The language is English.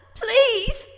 please